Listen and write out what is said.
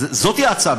זאת ההצעה,